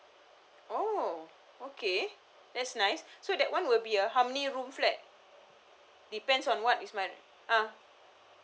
oh okay that's nice so that [one] would be a how many room flat depends on what is my uh